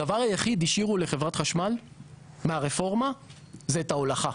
הדבר היחיד שהשאירו לחברת חשמל מהרפורמה זה את החלוקה.